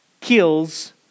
kills